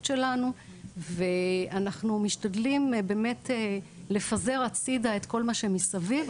שלנו ואנחנו משתדלים באמת לפזר הצידה את כל מה שמסביב,